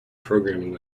programming